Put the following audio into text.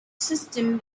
system